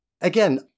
Again